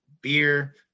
beer